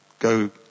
Go